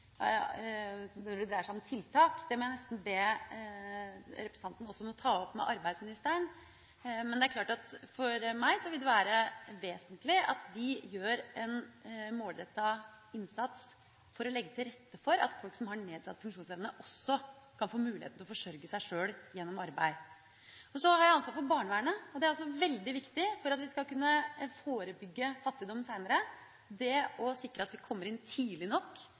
Når det dreier seg om tiltak, må jeg nesten be representanten om å ta det opp også med arbeidsministeren. Men det er klart at for meg vil det være vesentlig at vi gjør en målrettet innsats for å legge til rette for at folk som har nedsatt funksjonsevne, også kan få muligheten til å forsørge seg sjøl gjennom arbeid. Så har jeg ansvar for barnevernet. Det er også veldig viktig for at vi skal kunne forebygge fattigdom seinere, å sikre at vi kommer inn tidlig nok,